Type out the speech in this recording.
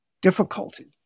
difficulty